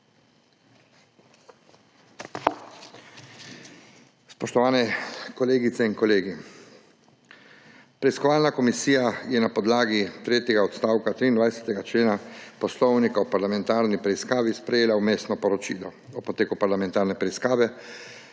Spoštovane kolegice in kolegi! Preiskovalna komisija je na podlagi tretjega odstavka 23. člena Poslovnika o parlamentarni preiskavi sprejela vmesno poročilo o poteku parlamentarne preiskave